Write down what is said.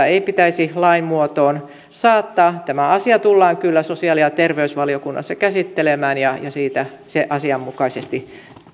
ei pitäisi lain muotoon saattaa tämä asia tullaan kyllä sosiaali ja terveysvaliokunnassa käsittelemään ja siitä se asianmukaisesti